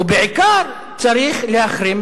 ובעיקר צריך להחרים,